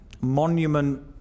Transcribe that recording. monument